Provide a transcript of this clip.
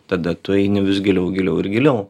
tada tu eini vis giliau giliau ir giliau